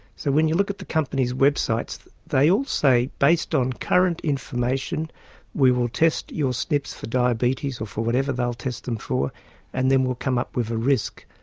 so when you look at the companies' websites they all say based on current information we will test your snps for diabetes or for whatever they'll test them for and then we'll come up with a risk.